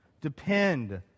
Depend